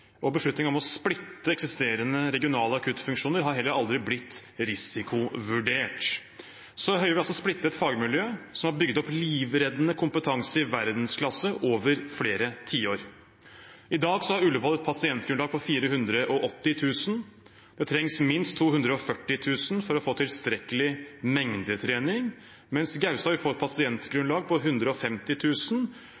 og beslutningen om å splitte eksisterende regionale akuttfunksjoner har heller aldri blitt risikovurdert. Så Høie vil altså splitte et fagmiljø som har bygget opp livreddende kompetanse i verdensklasse over flere tiår. I dag har Ullevål et pasientgrunnlag på 480 000. Det trengs minst 240 000 for å få tilstrekkelig mengdetrening.